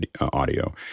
audio